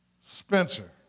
Spencer